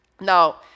Now